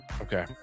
Okay